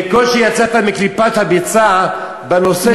בקושי יצאת מקליפת הביצה בנושא שקשור,